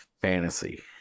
fantasy